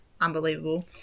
unbelievable